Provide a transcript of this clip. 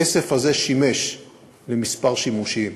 הכסף הזה יועד לכמה שימושים: